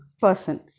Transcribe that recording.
person